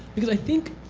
because i think,